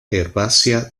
herbácea